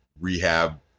rehab